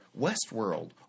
Westworld